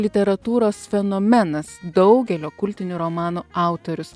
literatūros fenomenas daugelio kultinių romanų autorius